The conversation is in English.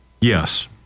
Yes